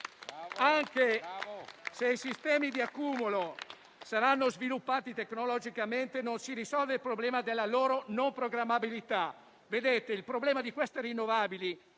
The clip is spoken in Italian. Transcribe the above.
Anche se i sistemi di accumulo saranno sviluppati tecnologicamente, non si risolve il problema della loro non programmabilità. Vedete, il problema di queste rinnovabili